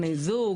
בני זוג,